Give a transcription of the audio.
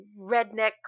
redneck